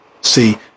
See